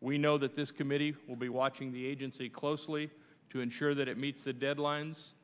we know that this committee will be watching the agency closely to ensure that it meets the deadlines